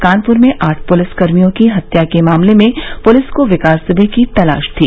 कानपुर में आठ पुलिसकर्मियों की हत्या मामले में पुलिस को विकास दुबे की तलाश थी